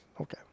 okay